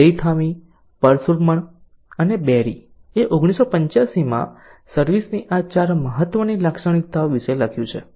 Zeithaml Parasuraman અને Berry એ 1985 માં સર્વિસ ની આ 4 મહત્વની લાક્ષણિકતાઓ વિશે લખ્યું છે